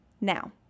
Now